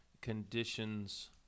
conditions